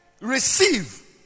receive